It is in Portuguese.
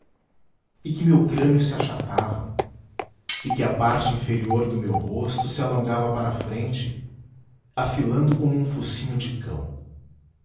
e que meu crânio se achatava e que a parte inferior do meu rosto se alongava para a frente afilando como um focinho de cão